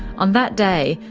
on that day,